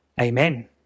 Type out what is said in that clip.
Amen